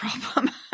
problem